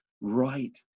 right